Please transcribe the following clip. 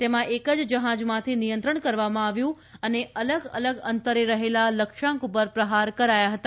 તેમાં એક જ જહાજમાંથી નિયંત્રણ કરવામાં આવ્યું અને અલગ અલગ અંતરે રહેલા લક્ષ્યાંક પર પ્રહાર કરાયા હતા